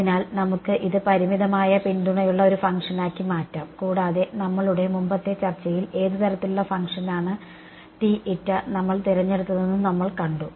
അതിനാൽ നമുക്ക് ഇത് പരിമിതമായ പിന്തുണയുള്ള ഒരു ഫംഗ്ഷനാക്കി മാറ്റാം കൂടാതെ നമ്മളുടെ മുമ്പത്തെ ചർച്ചയിൽ ഏത് തരത്തിലുള്ള ഫംഗ്ഷനാണ് നമ്മൾ തിരഞ്ഞെടുത്തതെന്ന് നമ്മൾ കണ്ടു